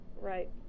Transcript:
Right